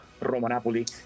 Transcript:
Roma-Napoli